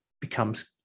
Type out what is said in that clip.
becomes